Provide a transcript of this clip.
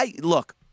look